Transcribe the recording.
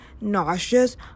nauseous